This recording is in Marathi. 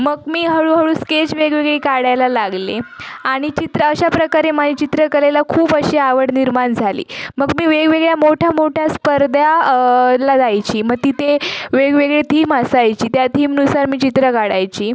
मग मी हळूहळू स्केच वेगवेगळे काढायला लागले आणि चित्र अशाप्रकारे माझी चित्रकलेला खूप अशी आवड निर्माण झाली मग मी वेगवेगळ्या मोठ्या मोठ्या स्पर्धा ला जायची मग तिथे वेगवेगळे थीम असायची त्या थीमनुसार मी चित्र काढायचे